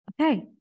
Okay